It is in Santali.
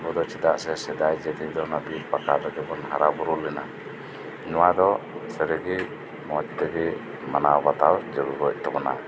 ᱟᱵᱩᱫᱚ ᱪᱮᱫᱟᱜ ᱥᱮ ᱥᱮᱫᱟᱭ ᱡᱟᱹᱛᱤ ᱫᱚ ᱱᱚᱣᱟ ᱵᱤᱨ ᱯᱟᱠᱟᱲ ᱨᱮᱜᱤᱵᱩᱱ ᱦᱟᱨᱟ ᱵᱩᱨᱩ ᱞᱮᱱᱟ ᱱᱚᱣᱟ ᱫᱚ ᱥᱟᱹᱨᱤᱜᱤ ᱢᱚᱪ ᱛᱮᱜᱤ ᱢᱟᱱᱟᱣ ᱵᱟᱛᱟᱣ ᱡᱟᱹᱨᱩᱲ ᱛᱟᱵᱩᱱᱟ